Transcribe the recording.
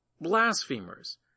blasphemers